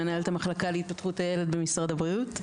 מנהלת המחלקה להתפתחות הילד במשרד הבריאות.